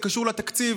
זה קשור לתקציב,